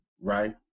right